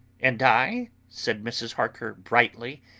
and i, said mrs. harker brightly,